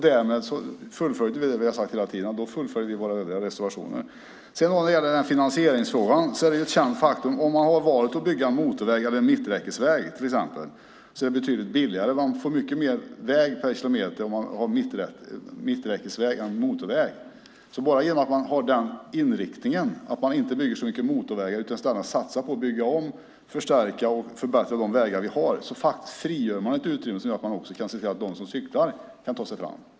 Därmed fullföljde vi, som vi hela tiden sagt, våra övriga reservationer. I finansieringsfrågan är det ett känt faktum att det om man valt mellan att bygga motorväg och att bygga mitträckesväg till exempel blir betydligt billigare - man får dessutom mycket mer väg per kilometer - med mitträckesväg än med motorväg. Bara genom att man har inriktningen att inte bygga så mycket motorvägar utan att i stället satsa på att bygga om, förstärka och förbättra befintliga vägar frigörs ett utrymme. Därmed kan man se till att också de som cyklar kan ta sig fram.